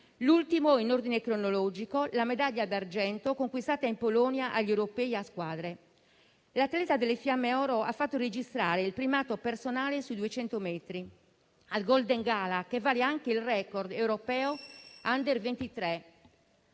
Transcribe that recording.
l'ultimo, in ordine cronologico, è la medaglia d'argento conquistata in Polonia agli Europei a squadre. L'atleta delle Fiamme oro ha fatto registrare il primato personale sui 200 metri al Golden Gala, che vale anche il *record* europeo *under* 23,